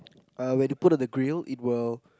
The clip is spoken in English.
uh when you put on the grill it will